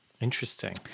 Interesting